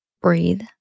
breathe